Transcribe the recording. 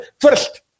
first